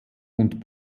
und